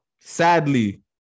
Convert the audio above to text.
Sadly